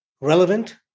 relevant